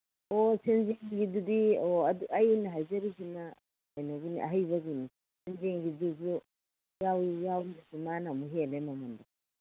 ꯑꯣ ꯁꯦꯟꯖꯦꯡꯒꯤꯗꯨꯗꯤ ꯑꯣ ꯑꯩꯅ ꯍꯥꯏꯖꯔꯤꯁꯤꯅ ꯀꯩꯅꯣꯒꯤꯅꯤ ꯑꯍꯩꯕꯒꯤꯅꯤ ꯁꯦꯟꯖꯦꯡꯒꯤꯗꯨꯁꯨ ꯌꯥꯎꯋꯤ ꯌꯥꯎꯕꯗꯨ ꯃꯥꯅ ꯑꯃꯨꯛ ꯍꯦꯜꯂꯦ ꯃꯃꯟꯗꯣ